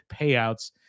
payouts